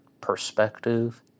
perspective